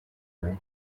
her